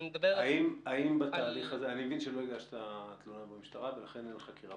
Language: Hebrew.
אני מבין שלא הגשת תלונה במשטרה ולכן אין חקירה פלילית.